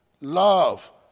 love